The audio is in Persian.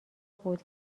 بود